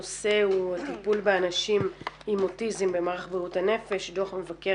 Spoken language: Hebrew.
הנושא הוא הטיפול באנשים עם אוטיזם במערך בריאות הנפש דו"ח מבקר